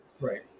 Right